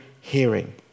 hearing